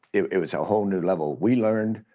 it was a whole new level. we learned.